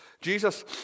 Jesus